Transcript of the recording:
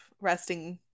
resting